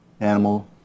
animal